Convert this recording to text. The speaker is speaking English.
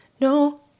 no